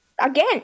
again